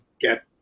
get